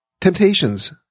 Temptations